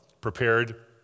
prepared